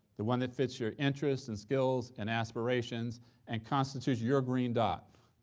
the one that fits your interests and skills and aspirations and constitutes your green dot,